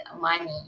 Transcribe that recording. money